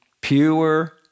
pure